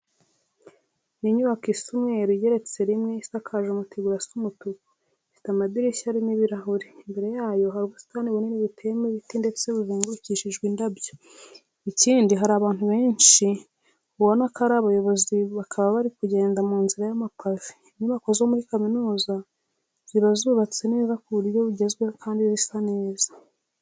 Ni inyubako isa umweru igeretse rimwe, isakaje amategura asa umutuku, ifite amadirishya arimo ibirahure. Imbere yayo hari ubusitani bunini buteyemo igiti ndetse buzengurukishije indabyo. Ikindi hari abantu benshi ubuna ko ari abayobozi bakaba bari kugenda mu nzira y'amapave. Inyubako zo muri kaminuza ziba zubatse neza mu buryo bugezweho kandi zisa neza.